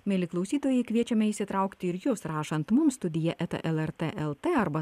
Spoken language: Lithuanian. mieli klausytojai kviečiame įsitraukti ir jus rašant mums studija eta lrt el t arba